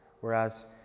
whereas